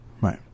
Right